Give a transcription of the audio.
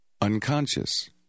unconscious